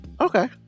Okay